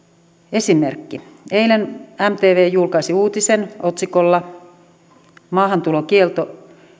esimerkki eilen mtv julkaisi uutisen otsikolla maahantulokielto